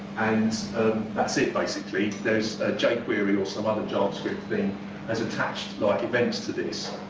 and that's it basically. there's jquery or some other javascript thing has attached like events to this.